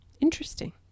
Interesting